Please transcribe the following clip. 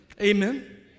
Amen